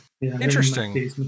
interesting